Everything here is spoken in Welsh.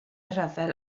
rhyfel